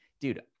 Dude